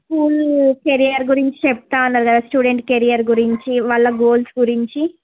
school career గురించి చెప్తా అన్నారు కదా స్టూడెంట్ కెరియరు గురించి వాళ్ళ గోల్స్ గురించి